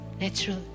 natural